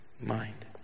mind